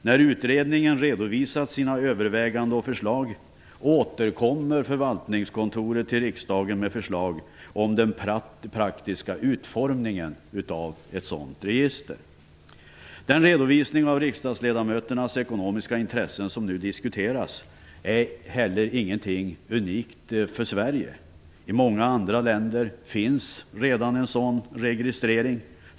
När utredningen redovisat sina överväganden och förslag återkommer förvaltningskontoret till riksdagen med förslag om den praktiska utformningen av ett sådant register. Den redovisning av riksdagsledamöternas ekonomiska intressen som nu diskuteras är heller inget unikt för Sverige. I många andra länder finns redan en sådan registrering.